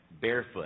barefoot